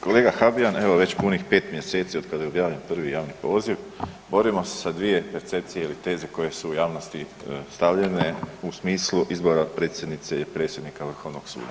Kolega Habijan, evo već punih 5 mj. otkada je objavljen prvi javni poziv, borimo se sa dvije percepcije ili teze koje su u javnosti stavljene u smislu izbora predsjednice ili predsjednika Vrhovnog suda.